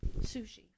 Sushi